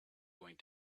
going